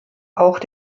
auch